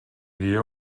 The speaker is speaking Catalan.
guia